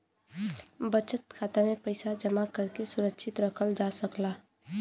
बचत खाता में पइसा जमा करके सुरक्षित रखल जा सकला